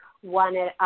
one